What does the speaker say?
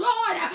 Lord